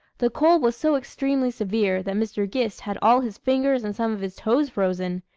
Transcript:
the cold was so extremely severe that mr. gist had all his fingers and some of his toes frozen,